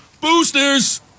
Boosters